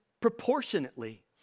proportionately